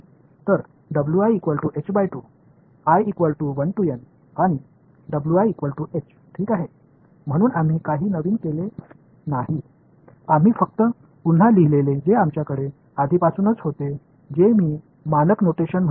எனவே நாம் புதிதாக எதையும் செய்யவில்லை நாங்கள் ஏற்கனவே வைத்திருந்ததை இன்னும் கொஞ்சம் அதிகமாக மீண்டும் எழுதினோம் நான் நிலையான குறியீட்டை அழைக்கப் போகிறேன்